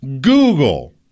Google